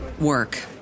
work